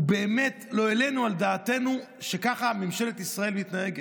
באמת לא העלינו על דעתנו שככה ממשלת ישראל מתנהגת,